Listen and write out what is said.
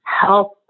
help